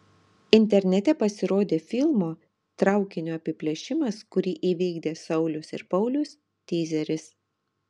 internete pasirodė filmo traukinio apiplėšimas kurį įvykdė saulius ir paulius tyzeris